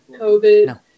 COVID